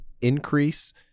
increase